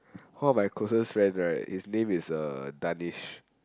one of my closest friend right his name is uh Danish